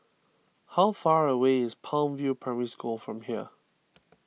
how far away is Palm View Primary School from here